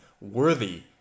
worthy